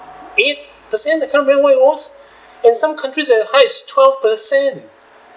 it the same that come what it was in some countries is as high as twelve per cent